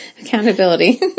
Accountability